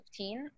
2015